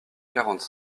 quarante